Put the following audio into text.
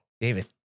David